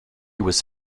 was